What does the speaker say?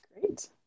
Great